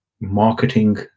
marketing